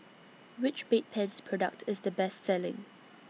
Which Bedpans Product IS The Best Selling